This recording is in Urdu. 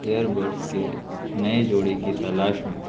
ایئر بڈس کے نئے جوڑے کے تلاش میں تھا